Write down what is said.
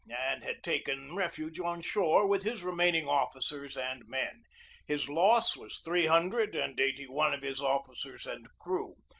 and had taken refuge on shore with his remaining officers and men his loss was three hundred and eighty one of his officers and crew,